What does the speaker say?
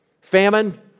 Famine